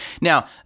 Now